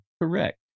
correct